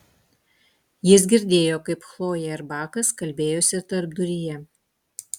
jis girdėjo kaip chlojė ir bakas kalbėjosi tarpduryje